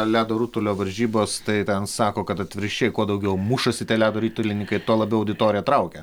ledo rutulio varžybos tai ten sako kad atvirkščiai kuo daugiau mušasi tie ledo ritulininkai tuo labiau auditoriją traukia